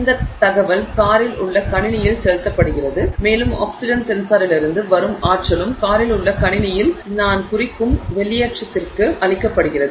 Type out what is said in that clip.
இந்த தகவல் காரில் உள்ள கணினியில் செலுத்தப்படுகிறது மேலும் ஆக்ஸிஜன் சென்சாரிலிருந்து வரும் ஆற்றலும் காரில் உள்ள கணினியில் நான் குறிக்கும் வெளியேற்றத்திற்கு அளிக்கப்படுகிறது